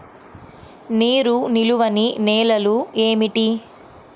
నీరు నిలువని నేలలు ఏమిటి?